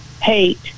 hate